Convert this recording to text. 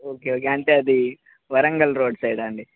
okay okay అంటే అది Warangal road సైడా అండి